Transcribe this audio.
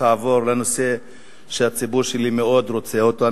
אעבור לנושא שהציבור שלי מאוד רוצה אותו,